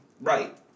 Right